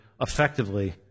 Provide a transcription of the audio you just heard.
effectively